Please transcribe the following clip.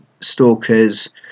stalkers